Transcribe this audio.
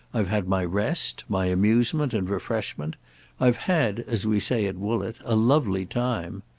i've had my rest, my amusement and refreshment i've had, as we say at woollett, a lovely time.